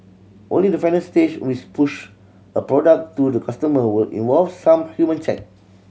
only the final stage which push a product to the customer will involve some human check